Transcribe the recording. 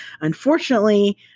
Unfortunately